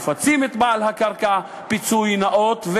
מפצים את בעל הקרקע פיצוי נאות,